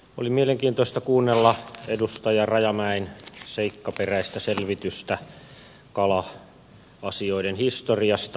oli mielenkiintoista kuunnella edustaja rajamäen seikkaperäistä selvitystä kala asioiden historiasta